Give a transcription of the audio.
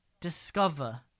discover